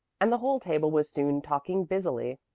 and the whole table was soon talking busily.